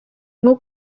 nko